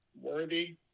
worthy